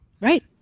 right